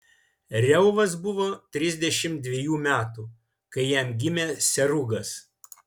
reuvas buvo trisdešimt dvejų metų kai jam gimė serugas